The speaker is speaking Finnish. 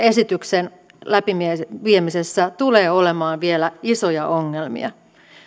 esityksen läpiviemisessä tulee olemaan vielä isoja ongelmia